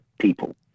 people